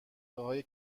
های